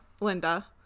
Linda